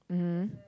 mmhmm